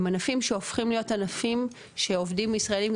הם ענפים שהופכים להיות ענפים שעובדים ישראלים,